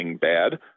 bad